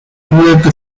durante